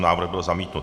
Návrh byl zamítnut.